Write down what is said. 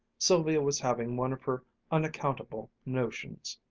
sylvia was having one of her unaccountable notions.